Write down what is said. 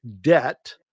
debt